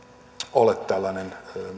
ole tällainen